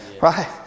Right